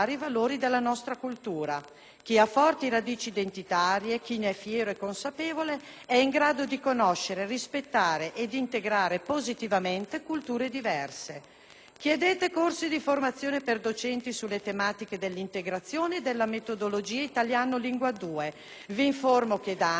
Chi ha forti radici identitarie, chi ne è fiero e consapevole, è in grado di conoscere, rispettare ed integrare positivamente culture diverse. Chiedete corsi di formazione per docenti sulle tematiche dell'integrazione e della metodologia italiano Lingua 2: vi informo che, da anni, sono in atto corsi di formazione per i docenti